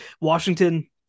Washington